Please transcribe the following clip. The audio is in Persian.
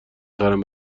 خرم